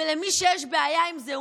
ולמי שיש בעיה עם זה,